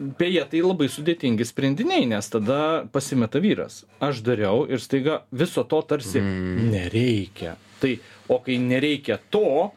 beje tai labai sudėtingi sprendiniai nes tada pasimeta vyras aš dariau ir staiga viso to tarsi nereikia tai o kai nereikia to